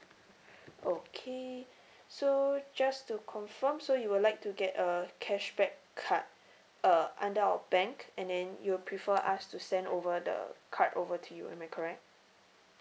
okay so just to confirm so you would like to get a cashback card uh under our bank and then you'll prefer us to send over the card over to you am I correct